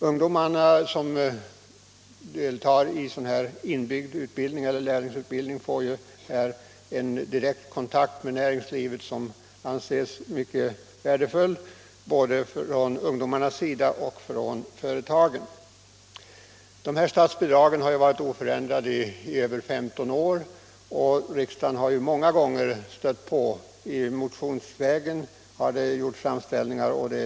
Ungdomarna som deltar i inbyggd utbildning eller lärlingsutbildning får här en direkt kontakt med näringslivet, som både ungdomarna och företagen anser vara mycket värdefull. Statsbidraget har varit oförändrat under mer än 15 år, och motionsvägen har det flera gånger gjorts framställningar från riksdagens sida.